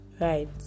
right